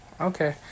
Okay